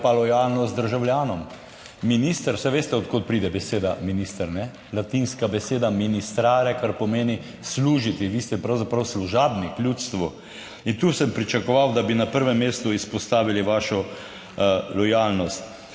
lojalnost državljanom. Minister, saj veste, od kod pride beseda minister, latinska beseda ministrare, kar pomeni služiti. Vi ste pravzaprav služabnik ljudstvu. In tu sem pričakoval, da bi na prvem mestu izpostavili vašo lojalnost.